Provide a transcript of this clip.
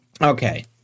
Okay